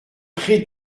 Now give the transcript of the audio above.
prés